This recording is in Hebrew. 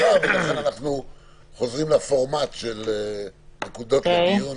אנחנו מציעים שתקנות שעוסקות בהגבלת פעילות במקומות עבודה בלבד,